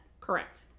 Correct